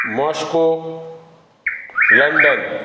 Moscow London